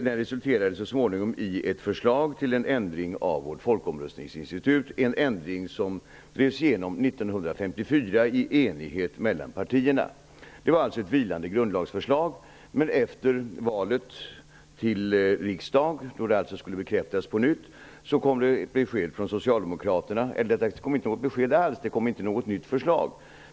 Den resulterade så småningom i ett förslag till ändring av vårt folkomröstningsinstitut, en ändring som drevs igenom 1954 i enighet mellan partierna. Det var alltså ett vilande grundlagsförslag. Men efter valet till riksdagen, då det alltså skulle bekräftas på nytt, kom det inte något nytt förslag från Socialdemokraterna.